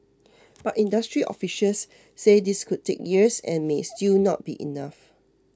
but industry officials say this could take years and may still not be enough